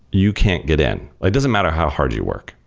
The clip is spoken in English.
you can't get in. it doesn't matter how hard you work.